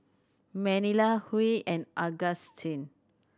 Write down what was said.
Manilla Huy and Augustin